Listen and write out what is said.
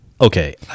okay